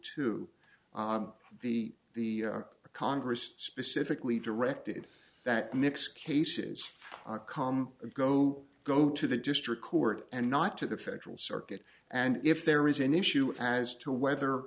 be the congress specifically directed that mix cases come and go go to the district court and not to the federal circuit and if there is an issue as to whether